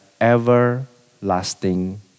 everlasting